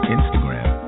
Instagram